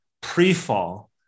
pre-fall